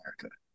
America